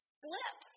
slip